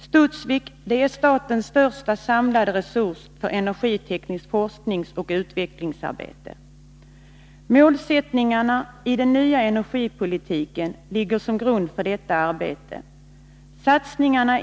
Studsvik är statens största samlade resurs för energitekniskt forskningsoch utvecklingsarbete. Målsättningarna i den nya energipolitiken ligger som grund för detta arbete.